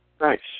Nice